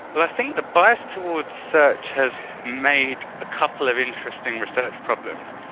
i think the bias towards search has made a couple of interesting research problems.